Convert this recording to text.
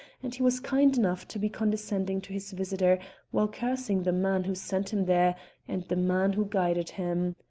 and he was kind enough to be condescending to his visitor while cursing the man who sent him there and the man who guided him.